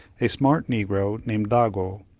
a smart negro, named dago,